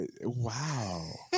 wow